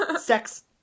sex